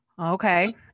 Okay